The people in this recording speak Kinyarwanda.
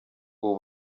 ubu